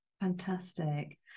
Fantastic